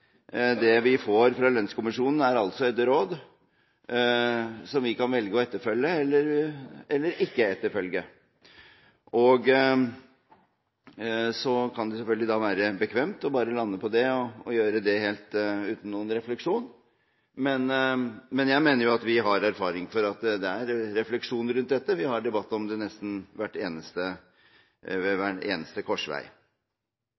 Det vi får fra lønnskommisjonen, er altså et råd som vi kan velge å følge eller ikke følge. Så kan det selvfølgelig være bekvemt bare å lande på det og gjøre det helt uten noen refleksjon, men jeg mener vi har erfaring for at det er refleksjon rundt dette. Vi har debatt om det nesten ved hver eneste